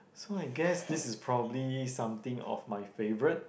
so I guess this is probably something of my favourite